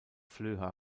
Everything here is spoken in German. flöha